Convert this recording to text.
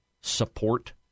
support